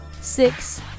six